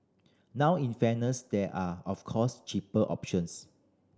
now in fairness there are of course cheaper options